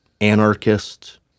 anarchists